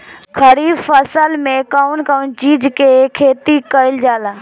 खरीफ फसल मे कउन कउन चीज के खेती कईल जाला?